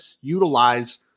utilize